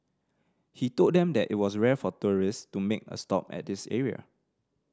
he told them that it was rare for tourist to make a stop at this area